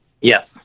Yes